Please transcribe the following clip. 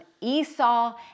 Esau